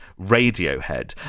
Radiohead